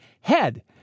head